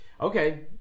Okay